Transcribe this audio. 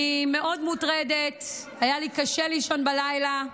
אני מאוד מוטרדת, היה לי קשה לישון בלילה.